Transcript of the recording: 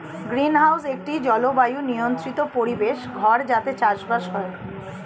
greenhouse একটি জলবায়ু নিয়ন্ত্রিত পরিবেশ ঘর যাতে চাষবাস হয়